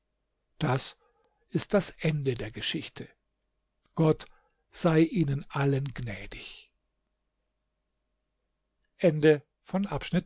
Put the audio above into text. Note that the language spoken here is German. das ist das ende der geschichte gott sei ihnen allen gnädig